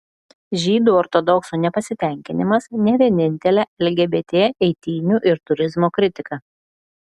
žydų ortodoksų nepasitenkinimas ne vienintelė lgbt eitynių ir turizmo kritika